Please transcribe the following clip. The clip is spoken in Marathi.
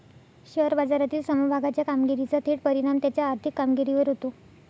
शेअर बाजारातील समभागाच्या कामगिरीचा थेट परिणाम त्याच्या आर्थिक कामगिरीवर होतो